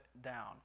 down